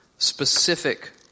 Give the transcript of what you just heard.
Specific